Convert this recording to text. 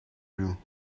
you